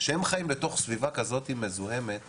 שהם חיים בתוך סביבה כזאת מזוהמת,